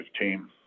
team